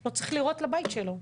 לא צריך לירות לבית שלו.